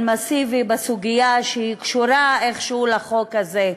מסיבי בסוגיה שקשורה איכשהו לחוק הזה.